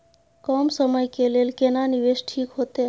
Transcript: कम समय के लेल केना निवेश ठीक होते?